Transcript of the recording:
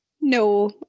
no